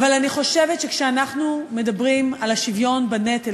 אבל אני חושבת שכשאנחנו מדברים על השוויון בנטל,